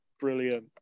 brilliant